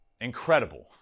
incredible